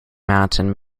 mountain